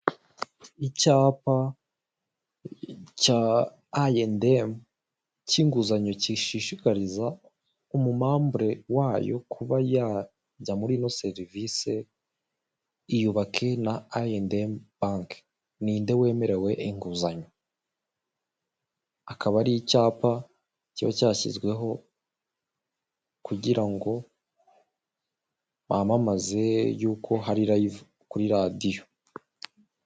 Icyapa cya ayi endi emu cy'inguzanyo gishishikariza umumambure wayo kuba yajya muri ino serivise iyubake na ayi endi emu banke nide wemerewe inguzanyo. Akaba ari icyapa kiba cyashyizweho kugira ngo bamamaze y'uko hari layivu kuri radiyo.